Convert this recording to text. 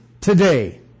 today